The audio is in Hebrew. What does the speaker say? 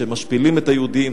שמשפילים את היהודים,